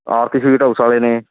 ਆਰਤੀ sweet house ਵਾਲੇ ਨੇ